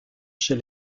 chez